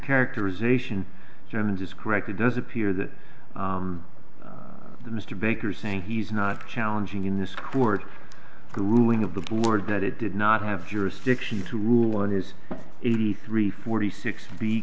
characterization of germans is correct it does appear that the mr baker saying he's not challenging in this court ruling of the board that it did not have jurisdiction to rule on is eighty three forty six